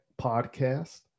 Podcast